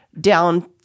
down